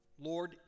Lord